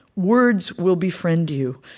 words will befriend you.